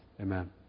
Amen